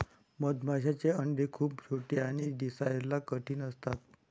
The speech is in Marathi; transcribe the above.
मधमाशांचे अंडे खूप छोटे आणि दिसायला कठीण असतात